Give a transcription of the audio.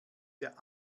der